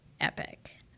epic